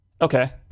Okay